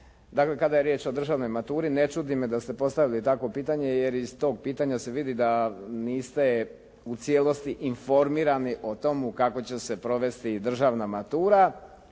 Dakle, kada je riječ o državnoj maturi, ne čudi me da ste postavili takvo pitanje jer iz tog pitanja se vidi da niste u cijelost informirani o tomu kako će se provesti državna matura,